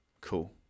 Cool